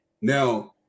Now